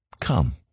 Come